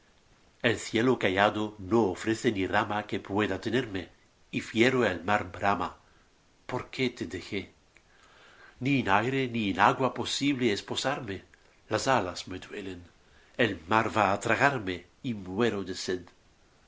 el cielo callado no ofrece ni rama que pueda tenerme y fiero el mar brama por qué te dejé ni en aire ni en agua posible es posarme las alas me duelen el mar va á tragarme y muero